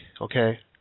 okay